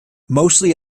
mostly